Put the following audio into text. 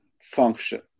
function